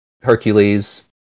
hercules